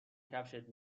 کفشت